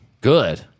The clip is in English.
good